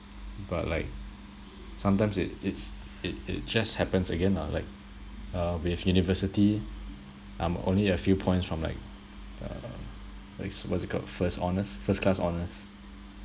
but like sometimes it it's it it just happens again lah like uh with university I'm only a few points from like uh ex~ what's it called first honours first class honours